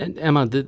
Emma